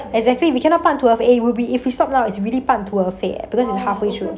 exactly we cannot 半途而废 eh we be if we stop now it's really 半途而废 leh because it's half way through